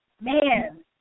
Man